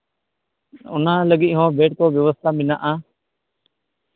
ᱚᱱᱟ ᱞᱟᱹᱜᱤᱫ ᱦᱚᱸ ᱵᱮᱹᱰ ᱠᱚ ᱵᱮᱵᱚᱥᱛᱷᱟ ᱢᱮᱱᱟᱜᱼᱟ